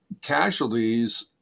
casualties